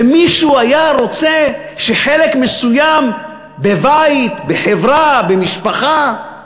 ומישהו היה רוצה שחלק מסוים בבית, בחברה, במשפחה,